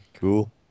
Cool